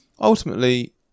ultimately